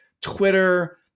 Twitter